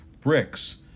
Bricks